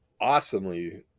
awesomely